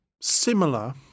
similar